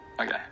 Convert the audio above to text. Okay